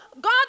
God